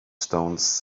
stones